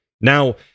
Now